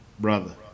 Brother